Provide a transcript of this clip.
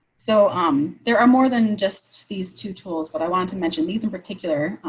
so, um, there are more than just these two tools, but i want to mention these in particular,